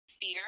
fear